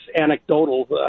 anecdotal